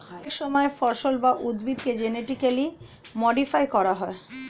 অনেক সময় ফসল বা উদ্ভিদকে জেনেটিক্যালি মডিফাই করা হয়